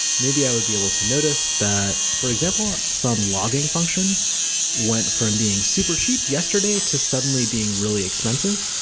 maybe i would be able to notice that, for example, some logging function went from being super cheap yesterday to suddenly being really expensive,